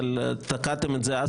אבל תקעתם את זה אז.